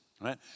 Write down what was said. right